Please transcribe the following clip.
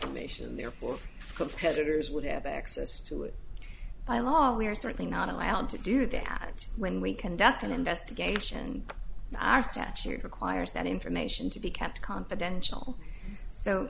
information therefore competitors would have access to it by law we are certainly not allowed to do that when we conduct an investigation in our statute requires that information to be kept confidential so